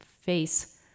face